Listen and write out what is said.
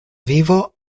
vivo